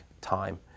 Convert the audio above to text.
time